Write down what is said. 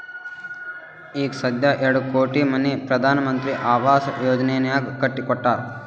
ಈಗ ಸಧ್ಯಾ ಎರಡು ಕೋಟಿ ಮನಿ ಪ್ರಧಾನ್ ಮಂತ್ರಿ ಆವಾಸ್ ಯೋಜನೆನಾಗ್ ಕಟ್ಟಿ ಕೊಟ್ಟಾರ್